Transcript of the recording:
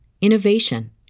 innovation